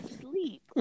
sleep